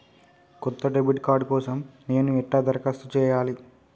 కొత్త debit card కోసం నేను ఎట్లా దరఖాస్తు చేయాలి?